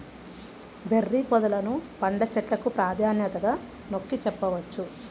berry పొదలను పండ్ల చెట్లకు ప్రాధాన్యతగా నొక్కి చెప్పవచ్చు